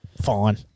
Fine